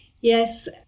Yes